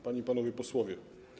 Panie i Panowie Posłowie!